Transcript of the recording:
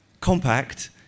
compact